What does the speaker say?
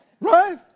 Right